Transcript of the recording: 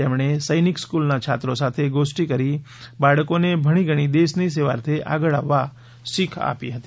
તેમણે સૈનિક સ્કૂલના છાત્રો સાથે ગોષ્ઠિ કરી બાળકોને ભણીગણી દેશની સેવાર્થે આગળ આવવા શીખ આપી હતી